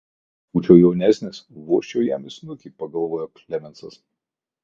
būčiau jaunesnis vožčiau jam į snukį pagalvojo klemensas